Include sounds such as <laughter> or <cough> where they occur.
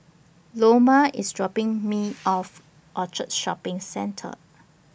Loma IS dropping Me <noise> off At Orchard Shopping Centre